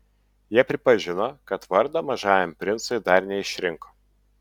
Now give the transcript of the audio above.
jie pripažino kad vardo mažajam princui dar neišrinko